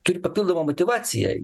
turi papildomą motyvaciją